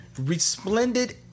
resplendent